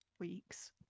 Weeks